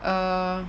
err